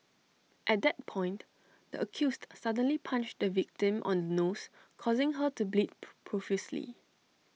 at that point the accused suddenly punched the victim on the nose causing her to bleed profusely